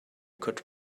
could